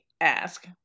ask